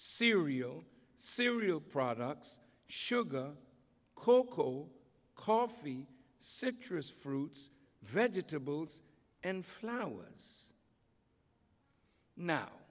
cereal cereal products sugar cocoa coffee citrus fruits vegetables and flowers no